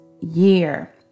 year